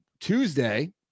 Tuesday